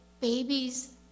babies